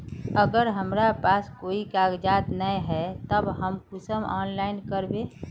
अगर हमरा पास कोई कागजात नय है तब हम कुंसम ऑनलाइन करबे?